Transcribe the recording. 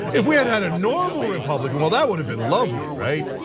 if we had had a normal republican, well, that would have been lovely, right?